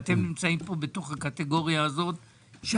אתם נמצאים כאן בתוך הקטגוריה שאנחנו,